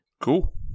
Cool